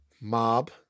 Mob